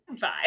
Bye